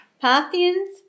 parthians